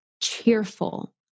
cheerful